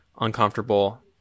uncomfortable